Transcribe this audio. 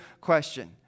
question